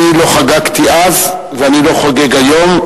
אני לא חגגתי אז, ואני לא חוגג היום.